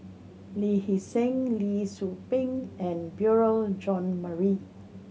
Lee Hee Seng Lee Tzu Pheng and Beurel Jean Marie